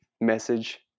message